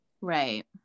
Right